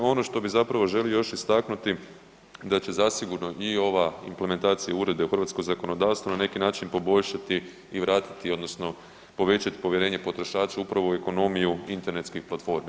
Ono što bi zapravo želio još istaknuti da će zasigurno i ova implementacija uredbe u hrvatsko zakonodavstvo na neki način poboljšati i vratiti odnosno povećat povjerenje potrošača upravo u ekonomiju internetskih platformi.